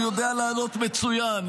הוא יודע לענות מצוין.